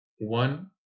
one